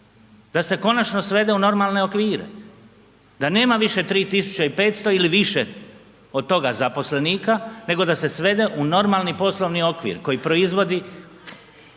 da se konačno svede u normalne okvire, da nema više 3.500 ili više od toga zaposlenika nego da se svede u normalni poslovni okvir koji proizvodi